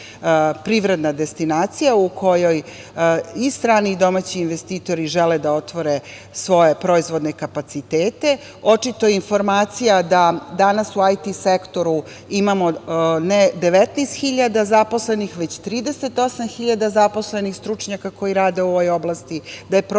privredna destinacija u kojoj i strani i domaći investitori žele da otvore svoje proizvodne kapacitete. Očito, informacija da danas u IT sektoru imamo, ne 19 hiljada zaposlenih, već 38 hiljada zaposlenih stručnjaka koji rade u ovoj oblasti, da prosek